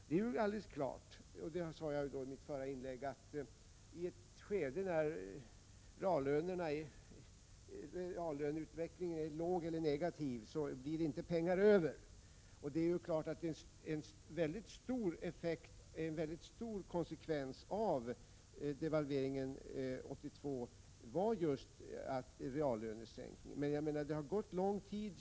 Det är helt klart att i ett skede när reallöneutvecklingen är dålig eller negativ, blir det inte pengar över, och en stor konsekvens av devalveringen 1982 var just en reallönesänkning. Men det har nu gått lång tid.